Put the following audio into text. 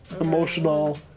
emotional